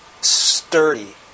sturdy